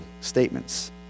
statements